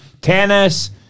tennis